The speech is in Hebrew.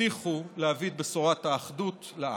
הבטיחו להביא את בשורת האחדות לעם.